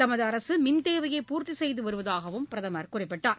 தமது அரசு மின்தேவையை பூர்த்தி செய்துவருவதாக அவர் குறிப்பிட்டார்